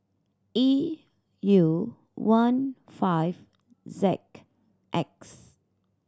E U one five Z X